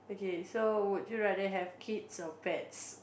okay so would you rather have kids or pets